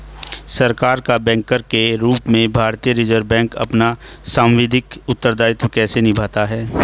सरकार का बैंकर के रूप में भारतीय रिज़र्व बैंक अपना सांविधिक उत्तरदायित्व कैसे निभाता है?